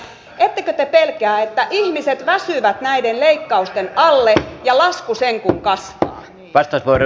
ettekö te pelkää että ihmiset väsyvät näiden leikkausten alle ja lasku sen kuin kasvaa